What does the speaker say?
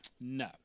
No